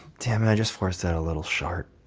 dammit. i just forced out a little shart.